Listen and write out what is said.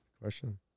question